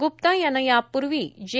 ग्प्ता याने यापूर्वी जे